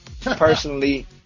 personally